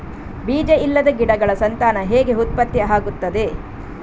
ಬೀಜ ಇಲ್ಲದ ಗಿಡಗಳ ಸಂತಾನ ಹೇಗೆ ಉತ್ಪತ್ತಿ ಆಗುತ್ತದೆ?